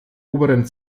oberen